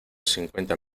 cincuenta